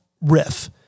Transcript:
riff